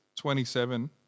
27